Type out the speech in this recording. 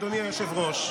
אדוני היושב-ראש.